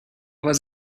was